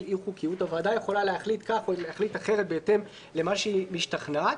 הוועדה יכולה להחליט כך ולהחליט אחרת בהתאם למה שהיא משתכנעת,